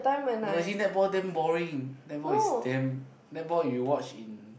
no I see netball damn boring netball is damn netball you watch in